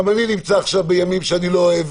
גם אני נמצא עכשיו בימים שאני לא אוהב